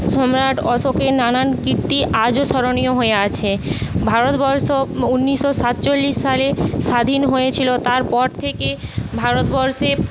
সম্রাট অশোকের নানান কীর্তি আজও স্মরণীয় হয়ে আছে ভারতবর্ষ উনিশশো সাতচল্লিশ সালে স্বাধীন হয়েছিল তারপর থেকে ভারতবর্ষে